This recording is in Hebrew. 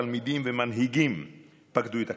תלמידים ומנהיגים פקדו את הכנסת.